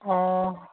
অঁ